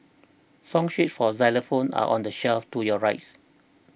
song sheets for xylophones are on the shelf to your rice